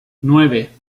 nueve